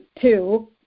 two